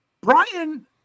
Brian